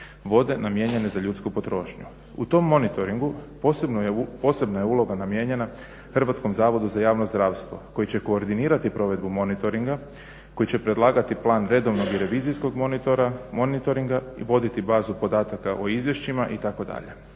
vode namijenjene za ljudsku potrošnju. U tom monitoringu posebna je uloga namijenjena Hrvatskom zavodu za javno zdravstvo koji će koordinirati provedbu monitoringa, koji će predlagati plan redovnog i revizijskog monitoringa i voditi bazu podataka o izvješćima itd.